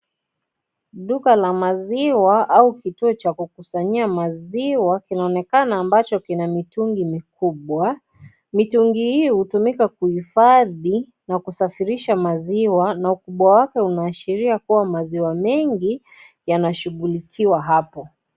Duka la maziwa au kituo cha kukusanyia maziwa, kinaonekana ambacho kina mitungi mikubwa. Mitungi hii hutumika kuhifadhi na kusafirisha maziwa na ukubwa wake unaashiria kuwa maziwa mengi yanashughulikiwa hapo.